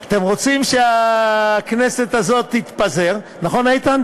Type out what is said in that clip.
אחרים דווקא היינו שמחים.